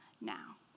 now